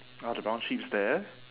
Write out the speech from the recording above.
oh the brown sheep's there